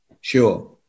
Sure